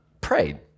prayed